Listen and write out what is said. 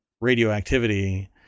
radioactivity